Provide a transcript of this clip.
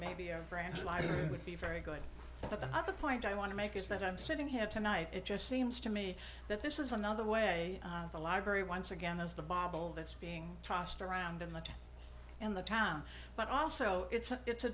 maybe a branch life would be very good but the other point i want to make is that i'm sitting here tonight it just seems to me that this is another way of the library once again as the bible that's being tossed around in the town and the town but also it's a it's a